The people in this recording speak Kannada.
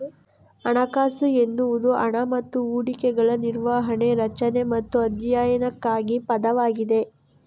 ಹಣಕಾಸು ಎನ್ನುವುದು ಹಣ ಮತ್ತು ಹೂಡಿಕೆಗಳ ನಿರ್ವಹಣೆ, ರಚನೆ ಮತ್ತು ಅಧ್ಯಯನಕ್ಕಾಗಿ ಪದವಾಗಿದೆ